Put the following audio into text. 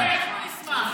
אנחנו נשמח.